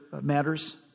matters